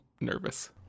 nervous